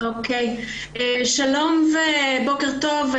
שלום ובוקר טוב.